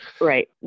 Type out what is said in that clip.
Right